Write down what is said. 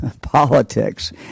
politics